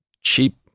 cheap